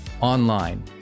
online